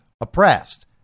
oppressed